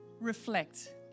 reflect